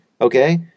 Okay